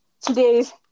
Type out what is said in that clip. today's